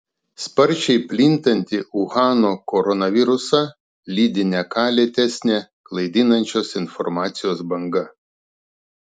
sparčiai plintantį uhano koronavirusą lydi ne ką lėtesnė klaidinančios informacijos banga